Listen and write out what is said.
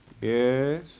Yes